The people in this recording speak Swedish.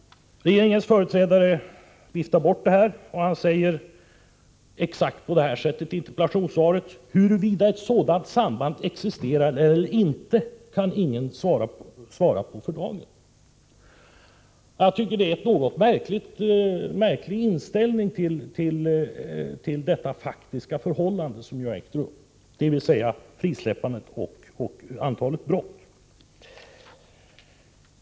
Regeringens företrädare viftar bort det här, och han säger på detta sätt i interpellationssvaret: ”Huruvida ett sådant samband existerar eller inte kan ingen svara på för dagen.” Jag tycker att det är en något märklig inställning till detta faktiska samband mellan frisläppandet och ökningen av antalet brott.